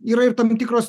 yra ir tam tikros